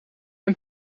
een